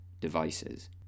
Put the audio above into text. devices